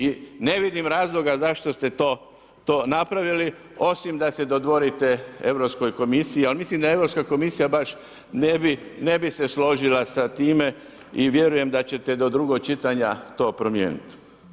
I ne vidim razloga zašto ste to napravili osim da se dodvorite Europskoj komisiji ali mislim da Europska komisija baš ne bi se složila sa time i vjerujem da ćete do drugog čitanja to promijeniti.